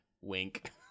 Wink